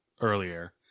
earlier